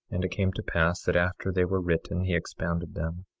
and it came to pass that after they were written he expounded them.